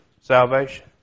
salvation